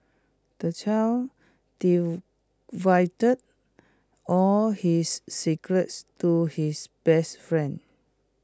the child divulged all his secrets to his best friend